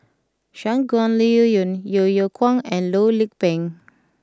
Shangguan Liuyun Yeo Yeow Kwang and Loh Lik Peng